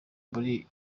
muri